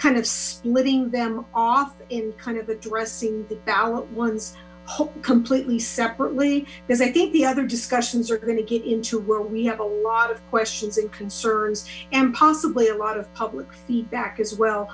kind of splitting them off in kind of addressing the ones completely separately because i think the other discussions are going to get into where we have a lot of questions and concerns and possibly a lot of public feedback as well